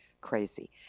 crazy